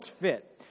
fit